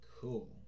Cool